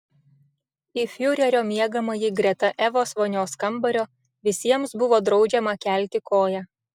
į fiurerio miegamąjį greta evos vonios kambario visiems buvo draudžiama kelti koją